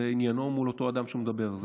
זה עניינו מול אותו אדם שהוא מדבר עליו.